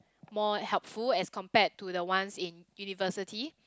more helpful as compared to the ones in university